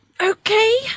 Okay